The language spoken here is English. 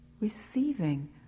receiving